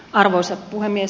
arvoisa puhemies